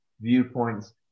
viewpoints